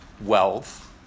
wealth